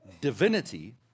divinity